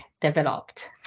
developed